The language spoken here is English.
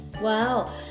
Wow